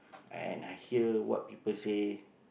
and I hear what people say